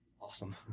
awesome